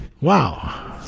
Wow